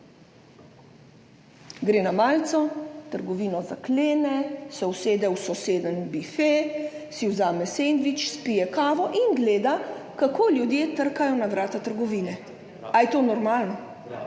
Gre na malico, trgovino zaklene, se usede v sosednji bife, si vzame sendvič, spije kavo in gleda, kako ljudje trkajo na vrata trgovine. Ali je to normalno?